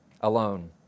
alone